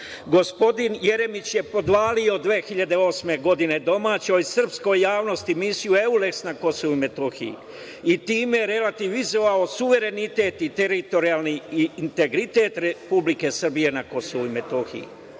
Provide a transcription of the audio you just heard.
Gospodin Jeremić je podvalio 2008. godine domaćoj srpskoj javnosti Misiju Euleks na KiM i time relativizovao suverenitet i teritorijalni integritet Republike Srbije na KiM.Idemo